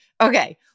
Okay